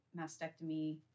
mastectomy